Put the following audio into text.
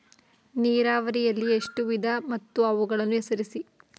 ನೀರಾವರಿಯಲ್ಲಿ ಎಷ್ಟು ವಿಧ ಮತ್ತು ಅವುಗಳನ್ನು ಹೆಸರಿಸಿ?